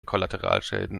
kollateralschäden